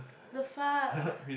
the fuck